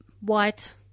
white